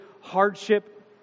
hardship